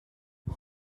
das